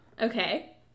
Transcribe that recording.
Okay